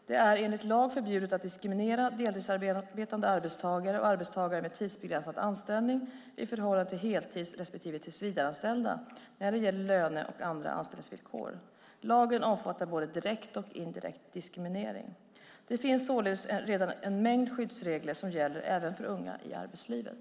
Det är enligt lag förbjudet att diskriminera deltidsarbetande arbetstagare och arbetstagare med tidsbegränsad anställning i förhållande till heltids respektive tillsvidareanställda när det gäller löne och andra anställningsvillkor. Lagen omfattar både direkt och indirekt diskriminering. Det finns således redan en mängd skyddsregler som gäller även för unga i arbetslivet.